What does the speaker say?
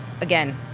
again